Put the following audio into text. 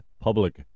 Public